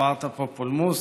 עוררת פה פולמוס,